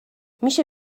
میشه